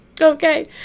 Okay